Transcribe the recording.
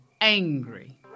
angry